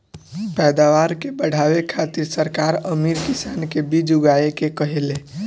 पैदावार के बढ़ावे खातिर सरकार अमीर किसान के बीज उगाए के कहेले